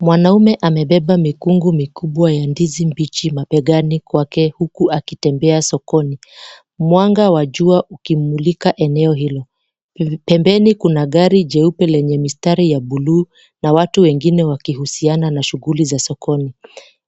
Mwanaume amebeba mikungu mikubwa ya ndizi mbichi mabegani kwake huku akitembea sokoni. Mwanga wa jua ukimulika eneo hilo. Pembeni kuna gari jeupe lenye mistari ya buluu na watu wengine wakihusiana na shughuli za sokoni.